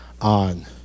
on